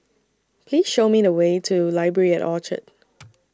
Please Show Me The Way to Library At Orchard